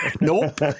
Nope